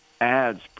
ads